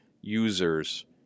users